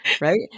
right